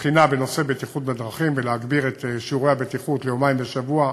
בחינה בנושא בטיחות בדרכים ולהגביר את שיעורי הבטיחות ליומיים בשבוע,